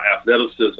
athleticism